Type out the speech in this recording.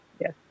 Yes